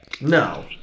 No